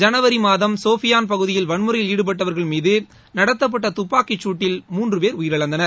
ஜனவரி மாதம் சோபியான் பகுதியில் வன்முறையில் ஈடுபட்டவர்கள் மீது நடத்தப்பட்ட தப்பாக்கிச் சூட்டில் மூன்று பேர் உயிரிழந்தனர்